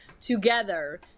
together